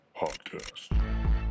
podcast